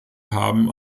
haben